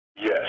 Yes